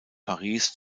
paris